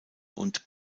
und